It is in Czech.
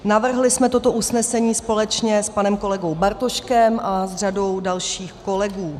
Navrhli jsme toto usnesení společně s panem kolegou Bartoškem a řadou dalších kolegů.